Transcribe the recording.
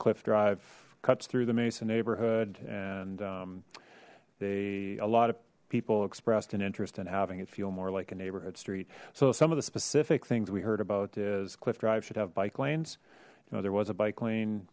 cliff drive cuts through the mesa neighborhood and they a lot of people expressed an interest in having it feel more like a neighborhood street so some of the specific things we heard about is cliff drive should have bike lanes you know there was a bike lane